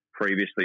previously